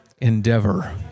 endeavor